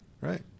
Right